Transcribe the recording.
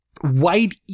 white